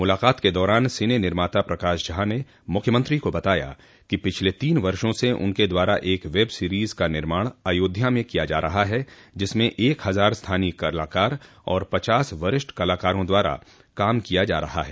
मुलाकात के दौरान सिने निर्माता प्रकाश झा ने मुख्यमंत्री को बताया कि पिछले तीन वर्षो से उनके द्वारा एक वेब सीरीज़ का निर्माण अयोध्या में किया जा रहा है जिसमें एक हज़ार स्थानीय कलाकार और पचास वरिष्ठ कलाकारों द्वारा काम किया जा रहा है